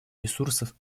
ресурсов